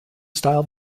style